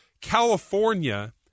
california